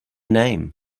name